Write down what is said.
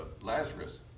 Lazarus